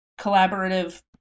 collaborative